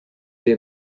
dei